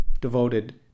devoted